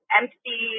empty